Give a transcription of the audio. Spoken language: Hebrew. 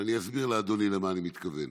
ואני אסביר לאדוני למה אני מתכוון.